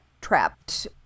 trapped